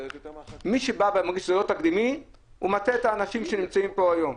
מי שאמר לי שזה לא תקדימי מטעה את האנשים שנמצאים פה היום.